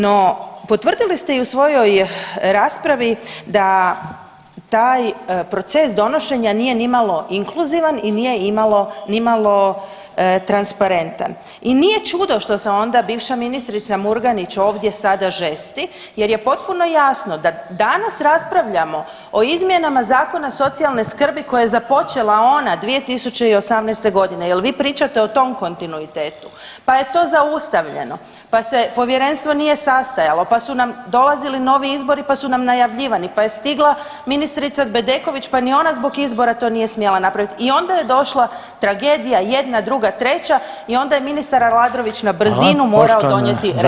No potvrdili ste i u svojoj raspravi da taj proces donošenja nije nimalo inkluzivan i nije nimalo transparentan i nije čudo što se onda bivša ministrica Murganić ovdje sada žesti jer je potpuno jasno da danas raspravljamo o izmjenama Zakona socijalne skrbi koju je započela ona 2018.g., jel vi pričate o tom kontinuitetu, pa je to zaustavljeno, pa se povjerenstvo nije sastajalo, pa su nam dolazili novi izbori, pa su nam najavljivani, pa je stigla ministrica Bedeković, pa ni ona zbog izbora to nije smjela napravit i onda je došla tragedija jedna, druga, treća i onda je ministar Aladrović na brzinu morao donijeti reformu.